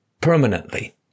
permanently